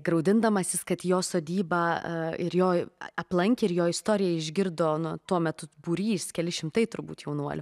graudindamasis kad jo sodybą ir jo aplankė ir jo istoriją išgirdo nu tuo metu būrys kelis šimtai turbūt jaunuolių